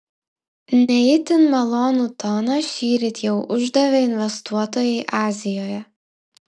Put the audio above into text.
ne itin malonų toną šįryt jau uždavė investuotojai azijoje